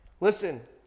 listen